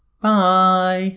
bye